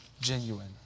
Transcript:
genuine